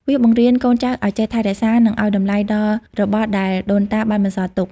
វាបង្រៀនកូនចៅឱ្យចេះថែរក្សា និងឱ្យតម្លៃដល់របស់ដែលដូនតាបានបន្សល់ទុក។